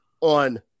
on